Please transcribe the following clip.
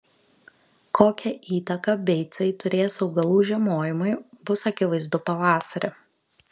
kokią įtaką beicai turės augalų žiemojimui bus akivaizdu pavasarį